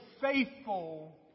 faithful